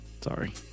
Sorry